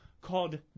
called